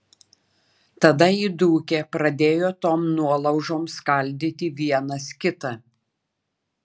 tada įdūkę pradėjo tom nuolaužom skaldyti vienas kitą